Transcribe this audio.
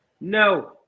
No